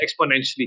exponentially